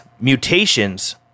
mutations